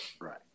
Right